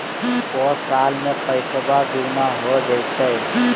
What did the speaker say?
को साल में पैसबा दुगना हो जयते?